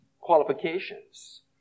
qualifications